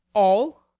all?